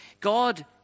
God